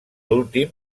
últim